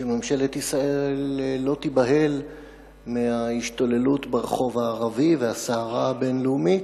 שממשלת ישראל לא תיבהל מההשתוללות ברחוב הערבי ומהסערה הבין-לאומית,